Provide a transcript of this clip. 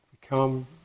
become